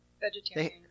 vegetarian